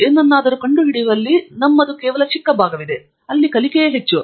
ಏನನ್ನಾದರೂ ಕಂಡುಹಿಡಿಯುವಲ್ಲಿ ಕೇವಲ ಒಂದು ಸಣ್ಣ ಭಾಗವಿದೆ ಇಲ್ಲಿ ಕಲಿಕೆಯೇ ಹೆಚ್ಚು